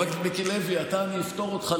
חבר הכנסת מיקי לוי, אתה, אני אפטור אותך.